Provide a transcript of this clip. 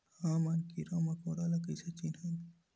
हमन कीरा मकोरा ला कइसे चिन्हन?